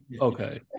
Okay